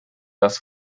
das